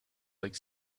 like